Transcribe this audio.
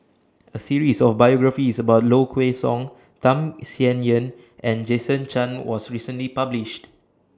A series of biographies about Low Kway Song Tham Sien Yen and Jason Chan was recently published